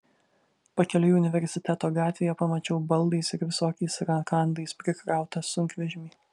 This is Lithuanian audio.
pakeliui universiteto gatvėje pamačiau baldais ir visokiais rakandais prikrautą sunkvežimį